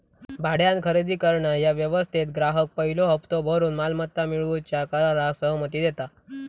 भाड्यान खरेदी करणा ह्या व्यवस्थेत ग्राहक पयलो हप्तो भरून मालमत्ता मिळवूच्या कराराक सहमती देता